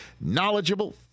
knowledgeable